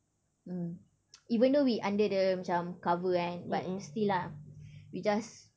mm even though we under the macam cover kan but still lah we just